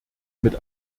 mit